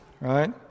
right